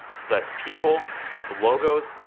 so that's people, that's logos,